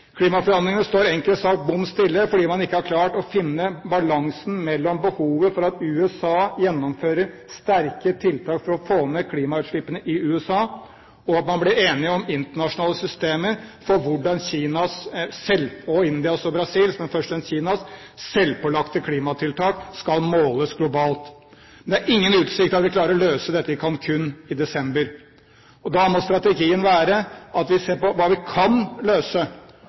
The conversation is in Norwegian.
Klimaforhandlingene står enkelt sagt bom stille fordi man ikke har klart å finne balansen mellom behovet for at USA gjennomfører sterke tiltak for å få ned klimautslippene i USA, og at man blir enige om internasjonale systemer for hvordan Kinas – og Indias og Brasils, men først og fremst Kinas – selvpålagte klimatiltak skal måles globalt. Det er ingen utsikter til at vi klarer å løse dette i Cancun i desember. Da må strategien være at vi ser på hva vi kan løse,